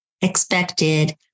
expected